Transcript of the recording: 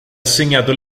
assegnato